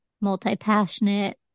multi-passionate